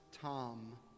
Tom